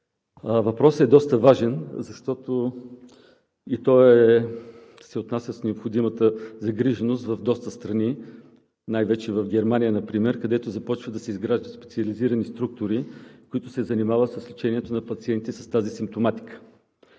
Въпросът е доста важен, защото и той се отнася с необходимата загриженост в доста страни – най-вече в Германия, където започват да се изграждат специализирани структури, които се занимават с лечението на пациенти с тази симптоматика.